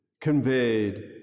conveyed